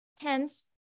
Hence